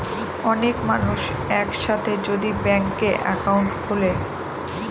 অনেক মানুষ এক সাথে যদি ব্যাংকে একাউন্ট খুলে